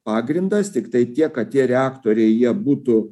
pagrindas tiktai tiek kad tie reaktoriai jie būtų